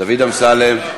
דוד אמסלם.